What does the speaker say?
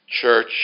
church